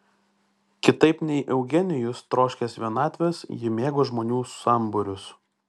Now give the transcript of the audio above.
kitaip nei eugenijus troškęs vienatvės ji mėgo žmonių sambūrius